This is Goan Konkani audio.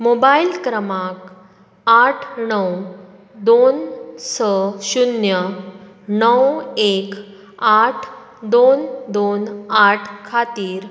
मोबायल क्रमांक आठ णव दोन स शुन्य णव एक आठ दोन दोन आठ खातीर